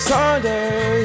Sunday